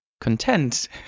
content